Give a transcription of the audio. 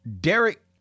Derek